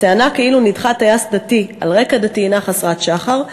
הטענה כאילו נדחה טייס דתי על רקע דתי הנה חסרת שחר,